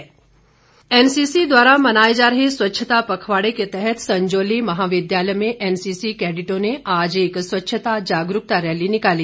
Suresh Bhardwaj NCC द्वारा मनाए जा रहे स्वच्छता पखवाड़े के तहत संजौली महाविद्यालय में एनसीसी कैंडिटों ने आज एक स्वच्छता जागरूकता रैली निकाली